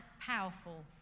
powerful